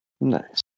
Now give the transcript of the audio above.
Nice